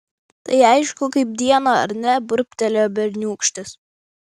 tai aišku kaip dieną ar ne burbtelėjo berniūkštis